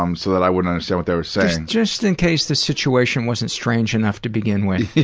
um so that i wouldn't understand what they were saying. just in case the situation wasn't strange enough to begin with.